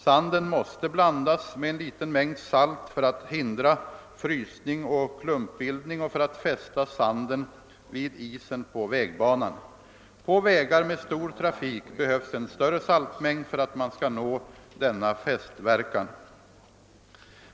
Sanden måste blandas med en liten mängd salt för att hindra frysning och klumpbildning och för att fästa sanden vid isen på vägbanan. På vägar med stor trafik behövs en större saltmängd för att man skall nå denna fästverkan.